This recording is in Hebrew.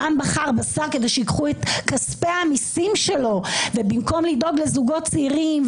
העם בחר בשר כדי שייקחו את כספי המיסים שלו ובמקום לדאוג לזוגות צעירים,